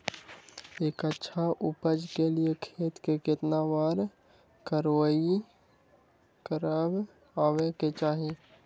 एक अच्छा उपज के लिए खेत के केतना बार कओराई करबआबे के चाहि?